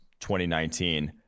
2019